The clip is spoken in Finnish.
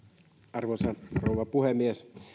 arvoisa rouva puhemies